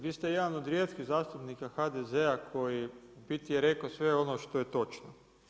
Vi ste jedan od rijetkih zastupnika HDZ-a koji u biti je rekao sve ono što je točno.